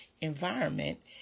environment